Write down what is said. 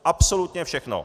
Absolutně všechno!